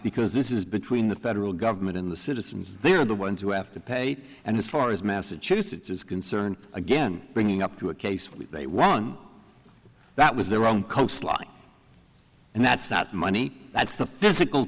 because this is between the federal government in the citizens they're the ones who have to pay and as far as massachusetts is concerned again bringing up to a case with a one that was their own coastline and that's not money that's the physical